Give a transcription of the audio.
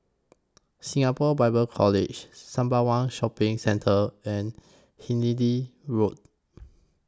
Singapore Bible College Sembawang Shopping Centre and Hindhede Road